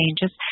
changes